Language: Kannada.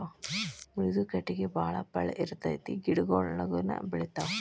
ಮೃದು ಕಟಗಿ ಬಾಳ ಪಳ್ಳ ಇರತತಿ ಗಿಡಗೊಳು ಲಗುನ ಬೆಳಿತಾವ